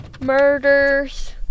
murders